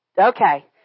Okay